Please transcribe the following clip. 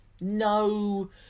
no